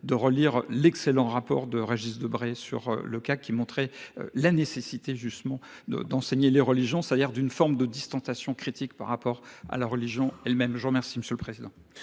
de relire l'excellent rapport de Régis Debray sur le cas qui montrait la nécessité justement d'enseigner les religions, c'est-à-dire d'une forme de distanciation critique par rapport à la religion elle-même. Je remercie monsieur le Président.